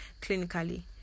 clinically